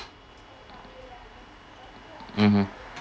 mmhmm